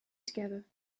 together